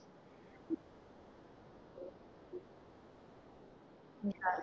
ya